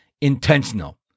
intentional